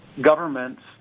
governments